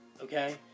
Okay